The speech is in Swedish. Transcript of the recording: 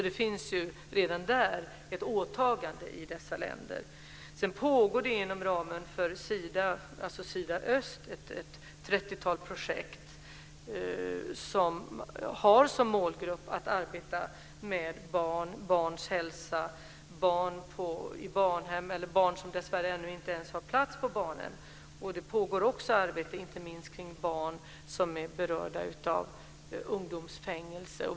Det finns redan där ett åtagande i dessa länder. Det pågår inom ramen för Sida-Öst ett trettiotal projekt som har som mål att arbeta med barn, barns hälsa, barn på barnhem eller barn som dessvärre inte ännu har plats på barnhem. Det pågår också, och inte minst, arbete kring barn som är berörda av ungdomsfängelse.